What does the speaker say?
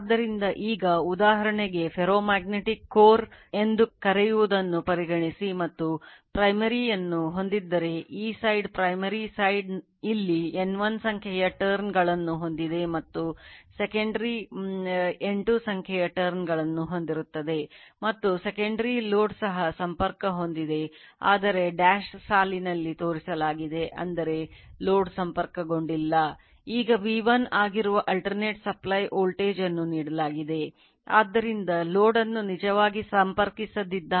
ಆದ್ದರಿಂದ ಈಗ ಉದಾಹರಣೆಗೆ ferromagnetic core ಸಹ ಸಂಪರ್ಕ ಹೊಂದಿದೆ ಆದರೆ ಡ್ಯಾಶ್ ಸಾಲಿನಲ್ಲಿ ತೋರಿಸಲಾಗಿದೆ ಅಂದರೆ ಲೋಡ್ ಸಂಪರ್ಕಗೊಂಡಿಲ್ಲ